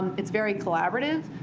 it's very collaborative.